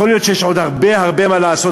יכול היות שיש עוד הרבה-הרבה מה לעשות,